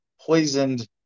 poisoned